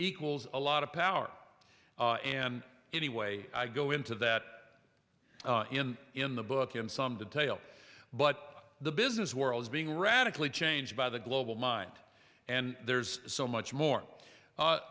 equals a lot of power and anyway i go into that in in the book in some detail but the business world is being radically changed by the global mind and there's so much more